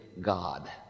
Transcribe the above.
God